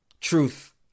truth